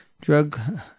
drug